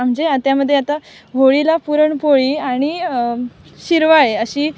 म्हणजे त्यामध्ये आता होळीला पुरणपोळी आणि शिरवाळे अशी